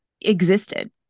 existed